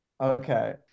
Okay